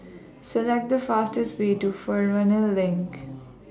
Select The fastest Way to Fernvale LINK